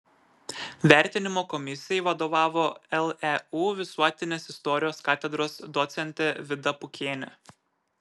vertinimo komisijai vadovavo leu visuotinės istorijos katedros docentė vida pukienė